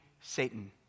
Satan